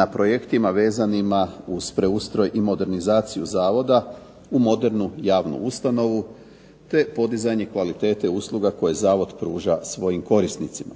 na projektima vezanima uz preustroj i modernizaciju zavoda u modernu javnu ustanovu te podizanje kvalitete usluga koje zavod pruža svojim korisnicima.